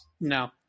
No